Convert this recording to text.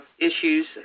issues